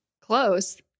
Close